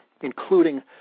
including